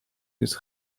this